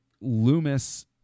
Loomis